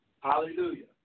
Hallelujah